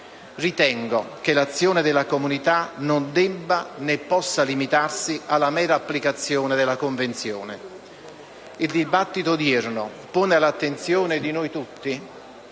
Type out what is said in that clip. Ritengo che l'azione della comunità non debba né possa limitarsi alla mera applicazione della Convenzione. Il dibattito odierno pone all'attenzione di noi tutti